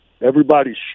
everybody's